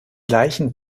leichen